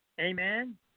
Amen